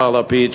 מר לפיד,